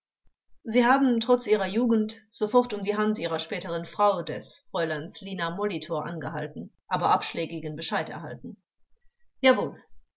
sie haben trotz ihrer jugend sofort um die hand ihrer späteren frau des fräuleins lina molitor angehalten aber abschlägigen bescheid erhalten angekl jawohl